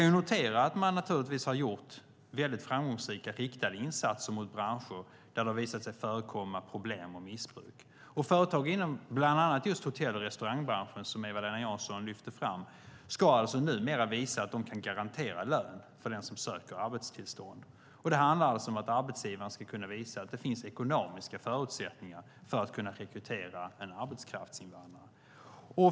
Vi kan notera att man naturligtvis har gjort väldigt framgångsrika riktade insatser mot branscher där det har visat sig förekomma problem och missbruk. Företag inom bland annat just hotell och restaurangbranschen, som Eva-Lena Jansson lyfte fram, ska numera visa att de kan garantera lön för den som söker arbetstillstånd. Det handlar om att arbetsgivaren ska kunna visa att det finns ekonomiska förutsättningar för att kunna rekrytera en arbetskraftsinvandrare.